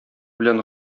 белән